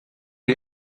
der